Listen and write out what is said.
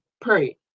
pray